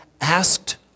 asked